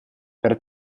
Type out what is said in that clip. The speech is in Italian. per